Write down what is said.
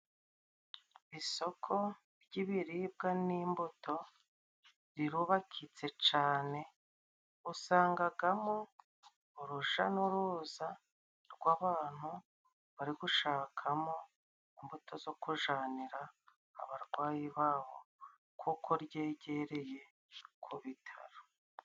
Isoko ry'ibiribwa n'imbuto rirubakitse cane, usangagamo uruja n'uruza rw'abantu bari gushakamo imbuto zo kujanira abarwayi babo kuko ryegereye ku bitaro.